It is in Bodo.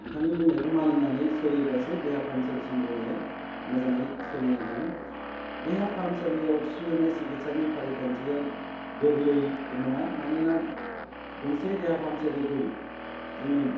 बिथांनि बुंनायखौ मानिनानै सोलिब्लासो देहा फाहामसालि सामलायनाया मोजाङै सोलिना थांगोन देहा फाहामसालियाव थिसनजानाय सिखिथसानि फारिखान्थिया गोरलै नङा मानोना गंसे देहा फाहामसालिखौ जोङो